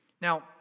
Now